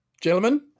gentlemen